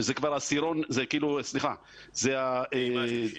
שזה כבר עשירון --- פעימה שלישית.